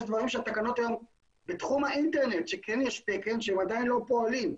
יש דברים שהתקנות היום בתחום האינטרנט שכן יש תקן שהם עדיין לא פועלים,